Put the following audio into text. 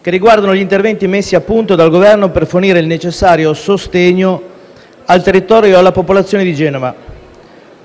che riguardano gli interventi messi a punto dal Governo per fornire il necessario sostegno al territorio e alla popolazione di Genova,